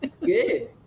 Good